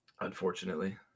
unfortunately